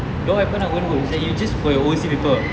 draw weapon ah you wont go you just for your O_C people